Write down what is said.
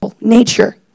Nature